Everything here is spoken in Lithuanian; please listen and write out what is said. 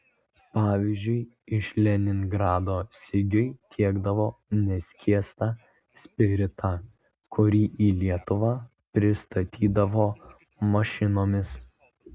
pavyzdžiui iš leningrado sigiui tiekdavo neskiestą spiritą kurį į lietuvą pristatydavo mašinomis